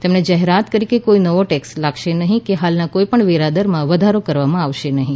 તેમણે જાહેરાત કરી કે કોઈ નવો ટેક્સ લાગશે નહીં કે હાલના કોઈપણ વેરા દરમાં વધારો કરવામાં આવશે નહીં